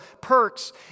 perks